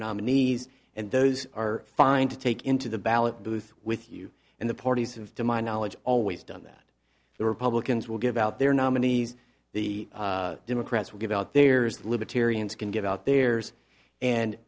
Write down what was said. nominees and those are fine to take into the ballot booth with you and the parties have to my knowledge always done that the republicans will give out their nominees the democrats will give out theirs libertarians can give out theirs and